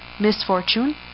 misfortune